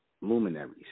luminaries